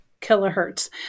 kilohertz